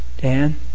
Dan